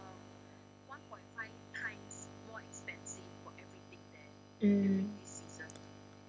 mm